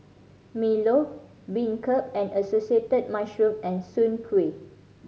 milo beancurd with mushrooms and Soon Kuih